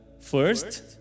First